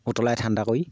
উতলাই ঠাণ্ডা কৰি